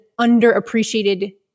underappreciated